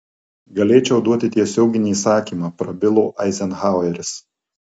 galėčiau duoti tiesioginį įsakymą prabilo eizenhaueris